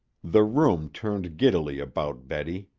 the room turned giddily about betty.